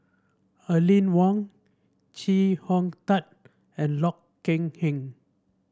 Aline Wong Chee Hong Tat and Loh Kok Heng